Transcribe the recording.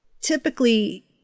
typically